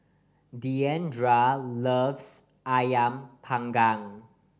Diandra loves Ayam Panggang